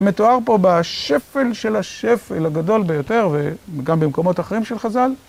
מתואר פה בשפל של השפל הגדול ביותר, וגם במקומות אחרים של חז"ל.